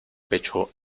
pecho